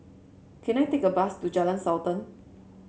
can I take a bus to Jalan Sultan